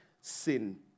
sin